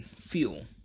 fuel